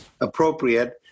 appropriate